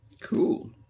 Cool